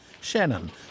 Shannon